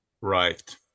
right